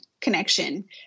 connection